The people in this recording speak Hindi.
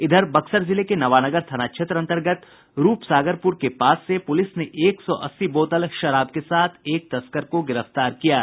इधर बक्सर जिले के नवानगर थाना क्षेत्र अंतर्गत रूपसागरपुर के पास से पुलिस ने एक सौ अस्सी बोतल शराब के साथ एक तस्कर को गिरफ्तार किया है